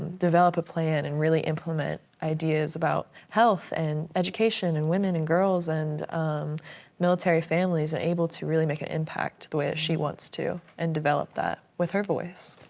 develop a plan and really implement ideas about health and education and women and girls and um military families and able to really make an impact the way that she wants to and develop that with her voice.